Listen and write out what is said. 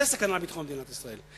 זאת סכנה לביטחון מדינת ישראל.